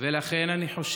לבקש כן, לכפות לא.